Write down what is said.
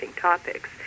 topics